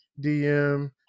DM